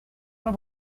know